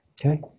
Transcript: Okay